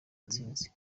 ntsinzi